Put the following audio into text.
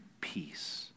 peace